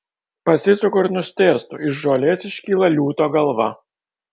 pasisuku ir nustėrstu iš žolės iškyla liūto galva